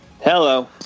Hello